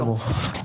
בסדר גמור.